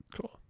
cool